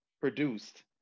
produced